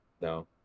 No